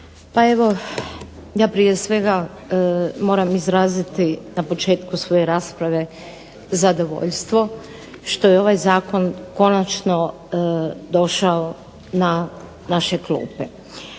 Pa evo ja prije svega moram izraziti na početku svoje rasprave zadovoljstvo što je ovaj zakon konačno došao na naše klupe